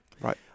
right